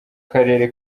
karere